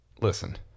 listen